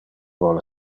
vole